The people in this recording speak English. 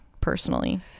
personally